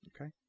Okay